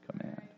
command